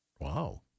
Wow